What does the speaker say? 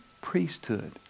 priesthood